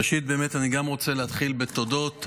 ראשית, באמת, גם אני רוצה להתחיל בתודות.